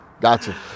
Gotcha